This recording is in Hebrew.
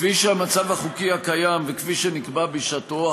כפי שהמצב החוקי היום וכפי שנקבע בשעתו,